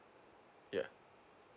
yeah